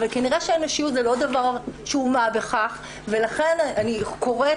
אבל כנראה שאנושיות זה לא דבר שהוא מה בכך ולכן אני קוראת